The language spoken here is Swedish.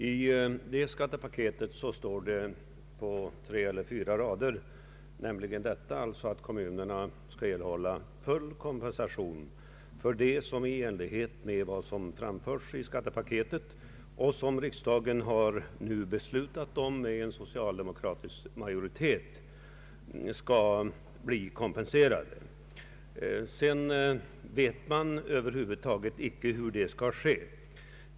I det skattepaketet står det på tre eller fyra rader att kommunerna skall erhålla full kompensation för det som framförs i skattepaketet och som riksdagen nu har beslutat om med en socialdemokratisk majoritet. Dock vet man över huvud taget inte hur det skall ske.